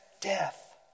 Death